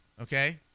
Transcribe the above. okay